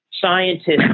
scientists